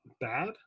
bad